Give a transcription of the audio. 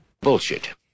Bullshit